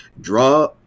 Draw